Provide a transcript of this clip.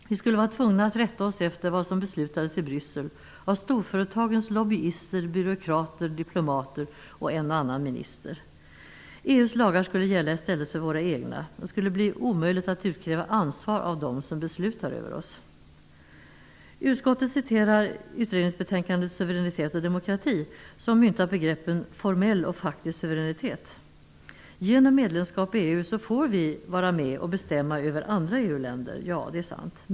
Vi blir tvungna att rätta oss efter vad som beslutas i Bryssel av storföretagens lobbyister, byråkrater, diplomater och en och annan minister. EU:s lagar kommer att gälla i stället för våra egna. Det blir omöjligt att utkräva ansvar av dem som beslutar över oss. Utskottet citerar utredningsbetänkandet Suveränitet och demokrati. I betänkandet myntas begreppen formell och faktisk suveränitet. Genom medlemskap i EU får vi vara med och bestämma över andra EU-länder. Ja, det är sant.